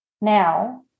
Now